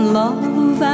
love